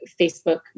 Facebook